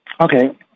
Okay